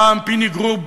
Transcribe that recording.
פעם פיני גרוב,